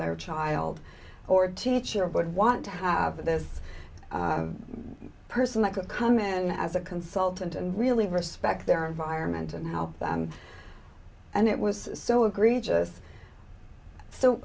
their child or teacher would want to have this person that could come in as a consultant and really respect their environment and help them and it was so egregious so